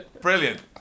Brilliant